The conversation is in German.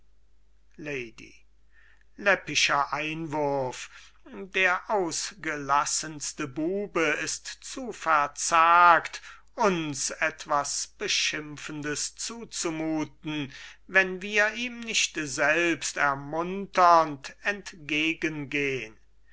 lady läppischer einwurf der ausgelassenste bube ist zu verzagt uns etwas beschimpfendes zuzumuthen wenn wir ihm nicht selbst ermunternd